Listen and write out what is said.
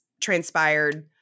transpired